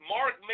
Mark